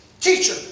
teacher